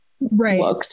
right